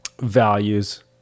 values